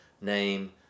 name